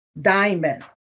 DIAMOND